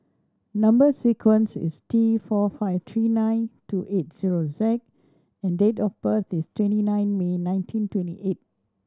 number sequence is T four five three nine two eight zero Z and date of birth is twenty nine May nineteen twenty eight